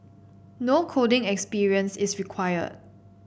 no coding experience is required